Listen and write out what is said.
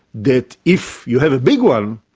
that if you have a big one,